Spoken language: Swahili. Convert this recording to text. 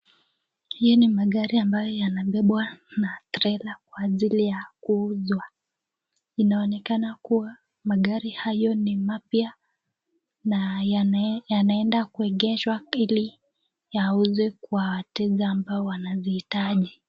Hii ni magari ambayo yanabebwa na trela kwa ajili ya kuuzwa. Inaonekana kuwa magari hayo ni mapya na yanaenda kuegeshwa ili yauzwe kwa wateja ambao wanazihitaji.